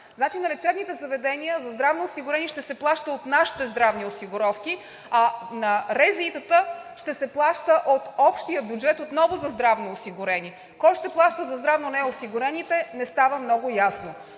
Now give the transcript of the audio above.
лица на лечебните заведения ще се плаща от нашите здравни осигуровки, а на РЗИ-та ще се плаща от общия бюджет отново за здравноосигурени, а кой ще плаща за здравно неосигурените, не става много ясно.